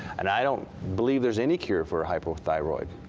and i don't believe there's any cure for hypothyroid.